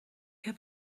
heb